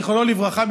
זיכרונו לברכה,